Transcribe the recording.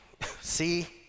see